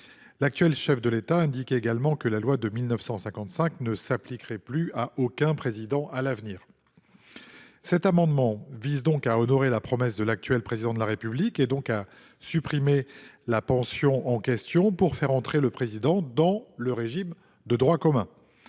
L’actuel chef de l’État indiquait également que la loi de 1955 ne s’appliquerait plus à aucun président à l’avenir. Cet amendement vise à honorer la promesse de l’actuel Président de la République, et donc à supprimer cette pension pour appliquer au président le régime de droit commun.